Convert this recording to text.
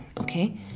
okay